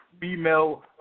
female